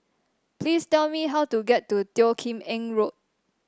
please tell me how to get to Teo Kim Eng Road